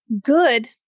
good